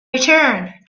return